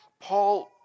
Paul